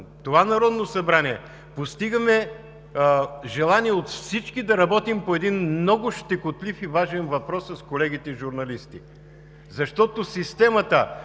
това Народно събрание постигаме желание от всички да работим по един много щекотлив и важен въпрос с колегите журналисти, защото системата